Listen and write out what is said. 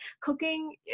cooking